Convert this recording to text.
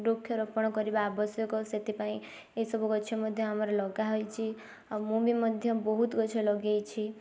ବୃକ୍ଷ ରୋପଣ କରିବା ଆବଶ୍ୟକ ସେଥିପାଇଁ ଏଇ ସବୁ ଗଛ ମଧ୍ୟ ଆମର ଲଗା ହେଇଛି ଆଉ ମୁଁ ବି ମଧ୍ୟ ବହୁତ ଗଛ ଲଗେଇଛି